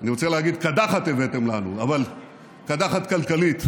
אני רוצה להגיד: קדחת הבאתם לנו, אבל קדחת כלכלית.